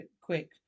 quick